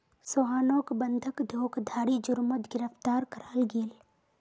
सोहानोक बंधक धोकधारी जुर्मोत गिरफ्तार कराल गेल